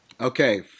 Okay